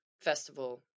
festival